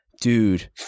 dude